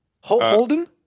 Holden